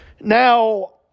Now